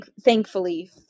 Thankfully